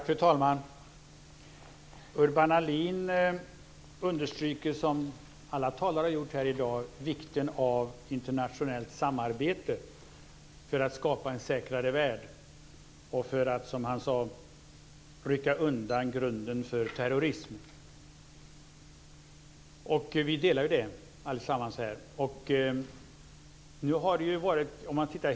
Fru talman! Urban Ahlin understryker, som alla talare har gjort här i dag, vikten av internationellt samarbete för att skapa en säkrare värld och för att, som han sade, rycka undan grunden för terrorism. Vi delar den uppfattningen allesammans här.